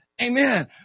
Amen